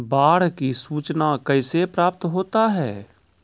बाढ की सुचना कैसे प्राप्त होता हैं?